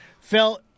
Phil